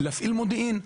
להפעיל מודיעין.